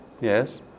Yes